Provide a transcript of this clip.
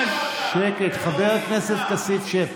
חבר הכנסת כסיף, שב.